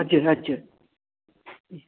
हजुर हजुर ए